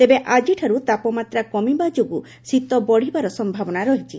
ତେବେ ଆଜିଠାରୁ ତାପମାତ୍ରା କମିବା ଯୋଗୁଁ ଶୀତ ବଢ଼ିବାର ସମ୍ଭାବନା ରହିଛି